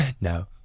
No